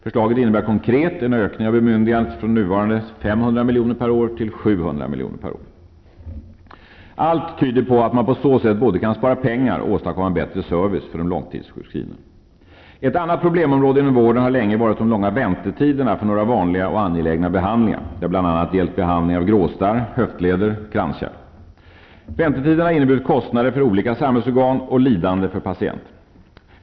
Förslaget innebär konkret en ökning av bemyndigandet från nuvarande 500 miljoner per år till 700 miljoner per år. Allt tyder på att man på så sätt både kan spara pengar och åstadkomma en bättre service för de långtidssjukskrivna. Ett annat problemområde inom vården har länge varit de långa väntetiderna för några vanliga och angelägna behandlingar. Det har bl.a. gällt behandlig av gråstarr, höftleder och kranskärl. Väntetiderna har inneburit kostnader för olika samhällsorgan och lidande för patienten.